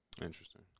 Interesting